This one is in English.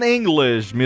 English